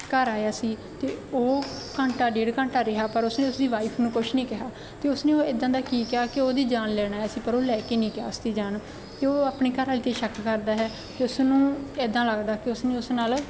ਘਰ ਆਇਆ ਸੀ ਅਤੇ ਉਹ ਘੰਟਾ ਡੇਢ ਘੰਟਾ ਰਿਹਾ ਪਰ ਉਸਨੇ ਉਸਦੀ ਵਾਈਫ ਨੂੰ ਕੁਛ ਨਹੀਂ ਕਿਹਾ ਅਤੇ ਉਸ ਨੇ ਉਹ ਇੱਦਾਂ ਦਾ ਕੀ ਕਿਹਾ ਕਿ ਉਹਦੀ ਜਾਨ ਲੈਣਾ ਆਇਆ ਸੀ ਪਰ ਉਹ ਲੈ ਕੇ ਨਹੀਂ ਗਿਆ ਉਸ ਦੀ ਜਾਨ ਕਿ ਉਹ ਆਪਣੇ ਘਰਵਾਲੀ 'ਤੇ ਸ਼ੱਕ ਕਰਦਾ ਹੈ ਅਤੇ ਉਸਨੂੰ ਇਦਾਂ ਲੱਗਦਾ ਕਿ ਉਸਨੇ ਉਸ ਨਾਲ